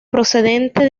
procedente